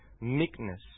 meekness